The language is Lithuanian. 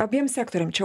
abiem sektoriam čia